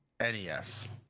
NES